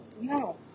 No